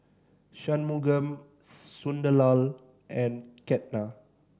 Shunmugam Sunderlal and Ketna